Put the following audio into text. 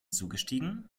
zugestiegen